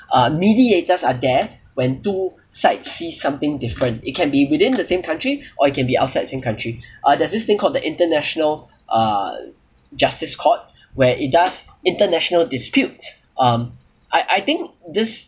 uh mediators are there when two sides see something different it can be within the same country or it can be outside same country uh there's this thing called the international uh justice court where it does international dispute um I I think this